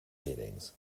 meanings